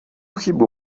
chybu